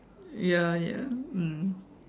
ya ya mm